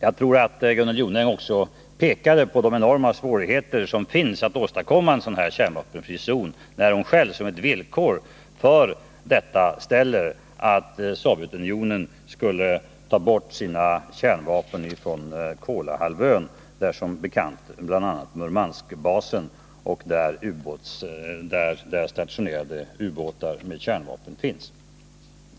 Jag tror att Gunnel Jonäng också pekade på de enorma svårigheter som finns när det gäller att åstadkomma en kärnvapenfri zon, när hon själv som ett villkor för detta ställer att Sovjetunionen skulle ta bort sina kärnvapen från Kolahalvön, där man som bekant har Murmanskbasen med kärnvapenubåtar.